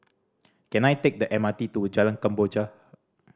can I take the M R T to Jalan Kemboja